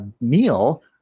meal